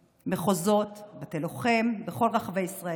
מחוזות, בתי לוחם, בכל רחבי ישראל.